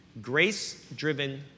Grace-driven